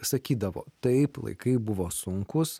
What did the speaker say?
sakydavo taip laikai buvo sunkūs